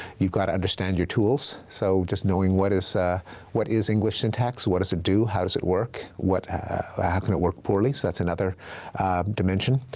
you've gotta understand your tools. so just knowing what is ah what is english syntax. what does it do, how does it work? how how can it work poorly? so that's another dimension.